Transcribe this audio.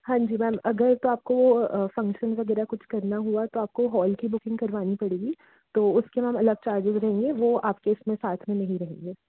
हाँ जी मैम अगर तो आपको वो फंक्शन वग़ैरह कुछ करना हुआ तो आपको हॉल की बुकिंग करवानी पड़ेगी तो उसके मैम अलग चार्जेस रहेंगे वो आपके इसमें साथ में नहीं रहेंगे